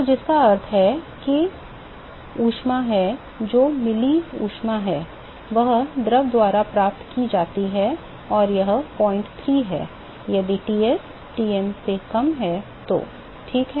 तो जिसका अर्थ है कि गर्मी है जो मिली गर्मी है वह द्रव द्वारा प्राप्त की जाती है और यह 03 है यदि Ts Tm से कम है तो ठीक है